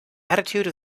attitude